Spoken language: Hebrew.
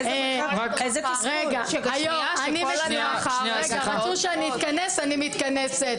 --- רצו שאני אתכנס, אני מתכנסת.